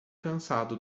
cansado